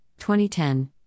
2010